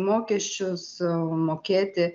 mokesčius mokėti